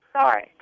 sorry